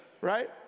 right